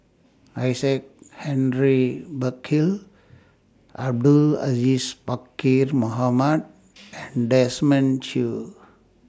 Isaac Henry Burkill Abdul Aziz Pakkeer Mohamed and Desmond Choo